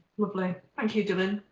lovely, thank you dylan.